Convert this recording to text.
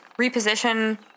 reposition